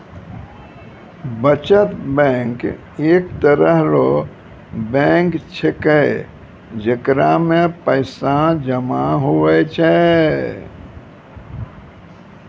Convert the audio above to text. बचत बैंक एक तरह रो बैंक छैकै जेकरा मे पैसा जमा हुवै छै